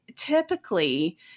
Typically